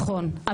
נכון,